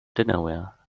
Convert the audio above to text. dinnerware